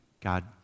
God